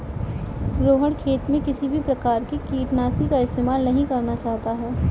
रोहण खेत में किसी भी प्रकार के कीटनाशी का इस्तेमाल नहीं करना चाहता है